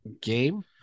game